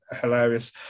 hilarious